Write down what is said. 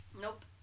Nope